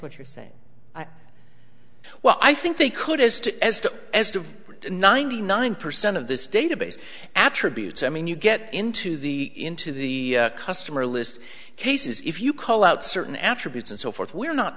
what you're saying well i think they could as to as to as to ninety nine percent of this database attributes i mean you get into the into the customer list cases if you call out certain attributes and so forth we're not